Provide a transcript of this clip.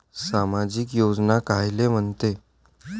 सामाजिक योजना कायले म्हंते?